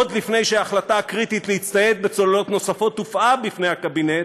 עוד לפני שההחלטה הקריטית להצטייד בצוללות נוספות הובאה בפני הקבינט,